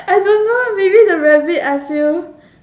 I don't know maybe the rabbit I assume